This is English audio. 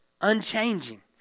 Unchanging